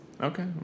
Okay